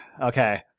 Okay